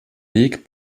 weg